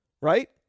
right